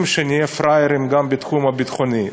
שנהיה פראיירים גם בתחום הביטחוני.